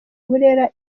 burera